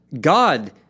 God